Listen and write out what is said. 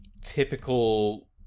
typical